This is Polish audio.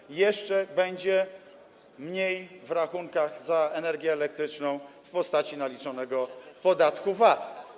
Będzie jeszcze mniej w rachunkach za energię elektryczną w postaci naliczonego podatku VAT.